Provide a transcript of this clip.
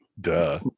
Duh